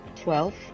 Twelve